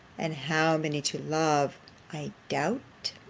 and how many to love i doubt,